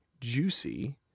juicy